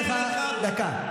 הסתיים הזמן, הוספתי לך דקה.